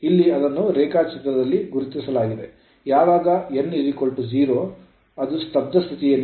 ಇಲ್ಲಿ ಅದನ್ನು ರೇಖಾಚಿತ್ರದಲ್ಲಿ ಗುರುತಿಸಲಾಗಿದೆ ಯಾವಾಗ n 0 ಅದು ಸ್ತಬ್ಧ ಸ್ಥಿತಿಯಲ್ಲಿದೆ slip 1